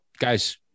Guys